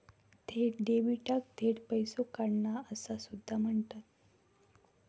थेट डेबिटाक थेट पैसो काढणा असा सुद्धा म्हणतत